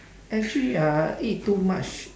actually ah eat too much